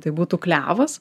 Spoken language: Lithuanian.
tai būtų klevas